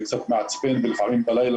זה קצת מעצבן, לפעמים בלילה.